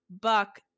Buck